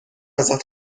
ازت